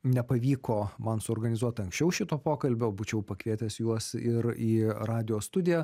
nepavyko man suorganizuot anksčiau šito pokalbio būčiau pakvietęs juos ir į radijo studiją